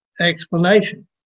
explanation